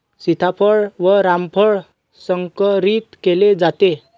सीताफळ व रामफळ संकरित केले जाते का?